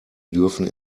dürfen